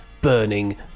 burning